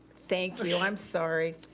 thank you, i'm sorry.